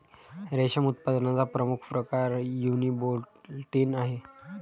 रेशम उत्पादनाचा मुख्य प्रकार युनिबोल्टिन आहे